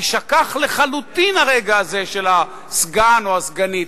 יישכח לחלוטין הרגע הזה של הסגן או הסגנית.